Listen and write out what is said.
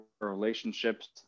relationships